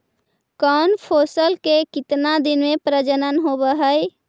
कौन फैसल के कितना दिन मे परजनन होब हय?